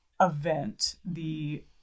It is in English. event—the